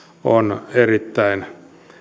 on erittäin